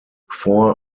four